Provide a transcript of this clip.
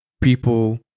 People